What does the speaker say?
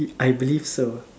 it I believe so